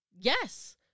yes